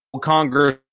Congress